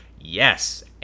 Yes